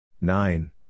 Nine